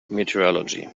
meteorology